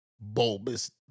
bulbous